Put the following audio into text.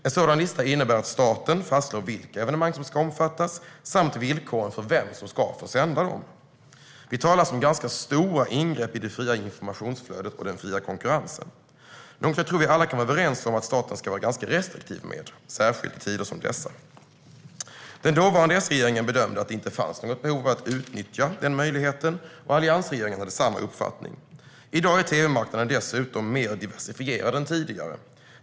En sådan lista innebär att staten fastslår vilka evenemang som ska omfattas samt villkoren för vem som ska få sända dem. Vi talar alltså om ganska stora ingrepp i det fria informationsflödet och den fria konkurrensen, något som jag tror att vi alla kan vara överens om att staten ska vara ganska restriktiv med, särskilt i tider som dessa. Den dåvarande S-regeringen bedömde att det inte fanns något behov av att utnyttja den möjligheten, och alliansregeringen hade samma uppfattning. I dag är tv-marknaden dessutom mer differentierad än tidigare.